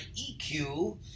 EQ